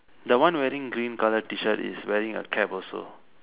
the one wearing green colour T-shirt is wearing a cap also